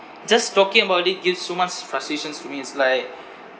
just talking about it gives so much frustrations for me it's like